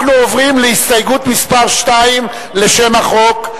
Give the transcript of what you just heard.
אנחנו עוברים להסתייגות מס' 2 לשם החוק,